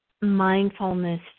mindfulness